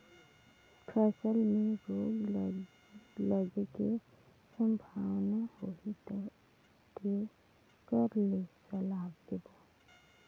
फसल मे रोग लगे के संभावना होही ता के कर ले सलाह लेबो?